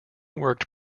worked